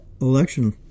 Election